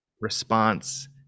response